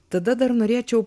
tada dar norėčiau